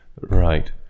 Right